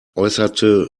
äußerte